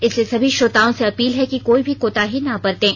इसलिए सभी श्रोताओं से अपील है कि कोई भी कोताही ना बरतें